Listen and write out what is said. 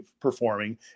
performing